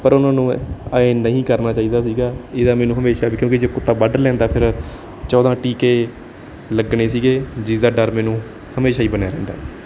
ਪਰ ਉਨ੍ਹਾਂ ਨੂੰ ਆਏਂ ਨਹੀਂ ਕਰਨਾ ਚਾਹੀਦਾ ਸੀਗਾ ਇਹਦਾ ਮੈਨੂੰ ਹਮੇਸ਼ਾ ਕਿਉਂਕਿ ਜੇ ਕੁੱਤਾ ਵੱਡ ਲੈਂਦਾ ਫਿਰ ਚੌਦਾਂ ਟੀਕੇ ਲੱਗਣੇ ਸੀਗੇ ਜਿਸ ਦਾ ਡਰ ਮੈਨੂੰ ਹਮੇਸ਼ਾ ਹੀ ਬਣਿਆ ਰਹਿੰਦਾ ਐ